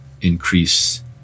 increase